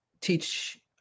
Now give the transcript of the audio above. teach